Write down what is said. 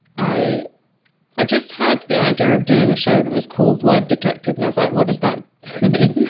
i i just had the idea of doing a show that was called word detective. and i was like, what does that mean?